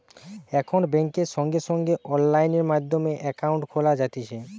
এখন বেংকে সঙ্গে সঙ্গে অনলাইন মাধ্যমে একাউন্ট খোলা যাতিছে